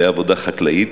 בעבודה חקלאית,